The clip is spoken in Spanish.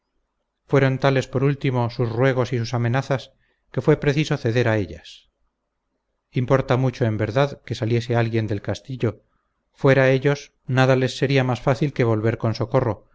fueron tales por último sus ruegos y sus amenazas que fue preciso ceder a ellas importaba mucho en verdad que saliese alguien del castillo fuera ellos nada les sería más fácil que volver con socorro